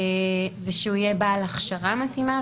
ושהוא יהיה בעל הכשרה מתאימה,